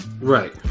Right